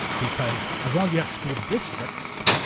because as long as you have school districts,